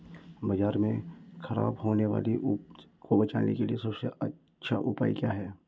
बाजार में खराब होने वाली उपज को बेचने के लिए सबसे अच्छा उपाय क्या है?